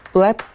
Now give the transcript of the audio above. Black